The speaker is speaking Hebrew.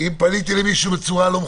אני מתנצל אם פניתי למישהו בצורה לא מכובדת,